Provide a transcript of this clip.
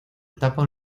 etapa